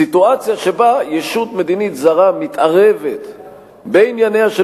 סיטואציה שבה ישות מדינית זרה מתערבת בענייניה של